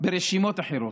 ברשימות אחרות.